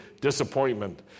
disappointment